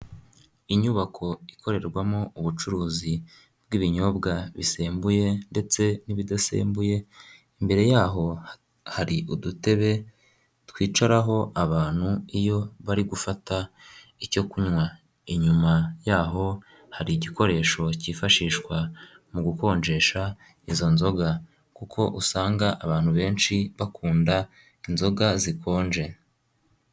Inyubako ikorerwamo ubucuruzi bw'ibinyobwa bisembuye ndetse n'ibidasembuye, imbere yaho hari udutebe twicaraho abantu iyo bari gufata icyo kunywa, inyuma yaho hari igikoresho cyifashishwa mu gukonjesha izo nzoga kuko usanga abantu benshi bakunda inzoga zikonje.